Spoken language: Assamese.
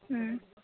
ও